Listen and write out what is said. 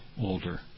older